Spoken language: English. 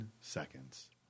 seconds